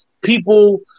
people